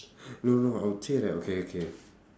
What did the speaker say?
no no I would say that okay okay